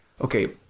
Okay